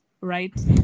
right